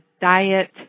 diet